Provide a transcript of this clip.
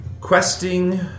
questing